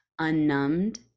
Unnumbed